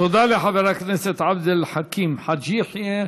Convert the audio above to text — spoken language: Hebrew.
תודה לחבר הכנסת עבד אל חכים חאג' יחיא.